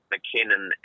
McKinnon